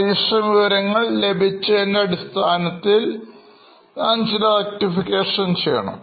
Additional വിവരങ്ങൾ ലഭിച്ച അടിസ്ഥാനത്തിൽ നാം ചില Rectifications ചെയ്യണം